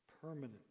permanent